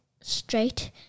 straight